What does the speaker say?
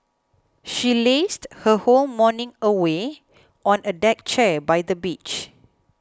she lazed her whole morning away on a deck chair by the beach